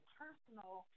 personal